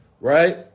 Right